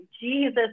Jesus